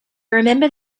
remember